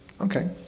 okay